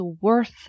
worth